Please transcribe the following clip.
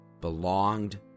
belonged